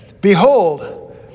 Behold